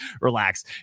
relax